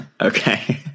Okay